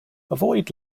avoid